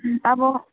अब